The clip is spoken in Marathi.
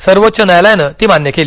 सर्वोच्च न्यायालयानं ती मान्य केली